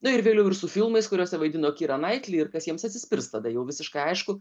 na ir vėliau ir su filmais kuriuose vaidino kira naitli ir kas jiems atsispirs tada jau visiškai aišku